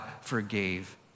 forgave